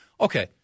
okay